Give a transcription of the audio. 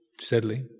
steadily